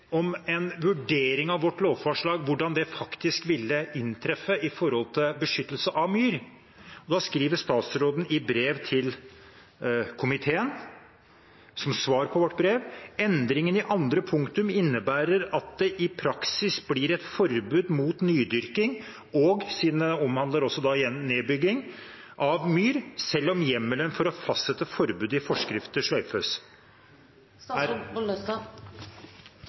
om en vurdering av vårt lovforslag, av hvordan det faktisk ville treffe med tanke på beskyttelse av myr. Da skriver statsråden i svarbrev til komiteen: «Endringen i andre punktum innebærer at det i praksis blir et «forbud» mot nydyrking av myr» – siden det også omhandler nedbygging – «selv om hjemmelen for å fastsette forbud i forskrift sløyfes.»